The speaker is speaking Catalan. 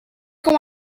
com